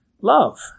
love